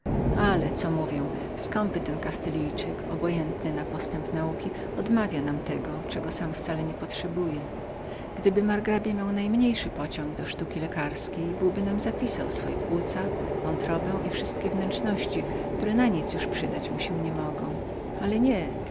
ale co mówię skąpy ten kastylijczyk obojętny na postęp nauki odmawia nam tego czego sam wcale nie potrzebuje gdyby margrabia miał był najmniejszy pociąg do sztuki lekarskiej byłby nam zapisał swoje płuca wątrobę i wszystkie wnętrzności które na nic już przydać mu się nie mogą ale nie